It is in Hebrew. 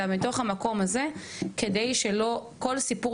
אלא משהו מתוך המקום כזה כדי למנוע מקרים כאלה.